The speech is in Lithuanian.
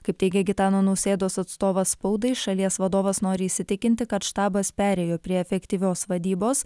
kaip teigė gitano nausėdos atstovas spaudai šalies vadovas nori įsitikinti kad štabas perėjo prie efektyvios vadybos